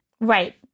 Right